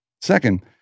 Second